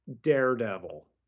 daredevil